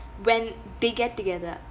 when they get together